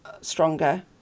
stronger